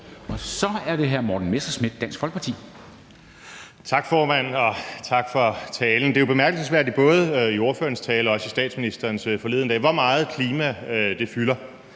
Kl. 09:54 Morten Messerschmidt (DF): Tak, formand, og tak for talen. Det er jo bemærkelsesværdigt både i ordførerens tale og også i statsministerens forleden, hvor meget klima fylder.